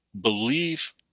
believe